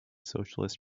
socialist